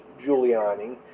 Giuliani